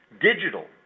digital